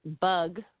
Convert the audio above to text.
bug